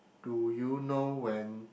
do you know when